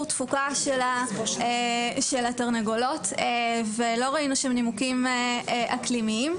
תפוקה של התרנגולות ולא ראינו שם נימוקים אקלימיים.